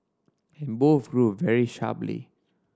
and both grew very sharply